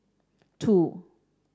two